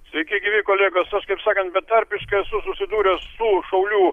sveiki gyvi kolegos aš kaip sakant betarpiškai esu susidūręs su šaulių